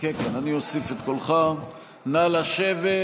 אפשר להצביע